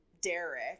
Derek